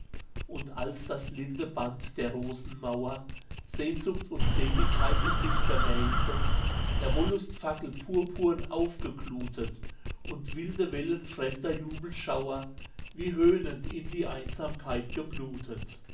und als das linde band der rosenmauer sehnsucht und seligkeit in sich vermählte der wollust fackel purpurn aufgeglutet und wilde wellen fremder jubelschauer wie höhnend in die einsamkeit geblutet